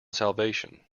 salvation